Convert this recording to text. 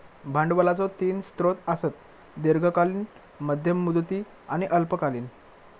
भांडवलाचो तीन स्रोत आसत, दीर्घकालीन, मध्यम मुदती आणि अल्पकालीन